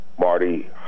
Marty